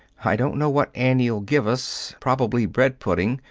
i don't know what annie'll give us. probably bread pudding.